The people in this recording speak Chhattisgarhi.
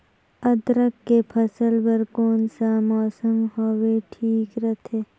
अदरक के फसल बार कोन सा मौसम हवे ठीक रथे?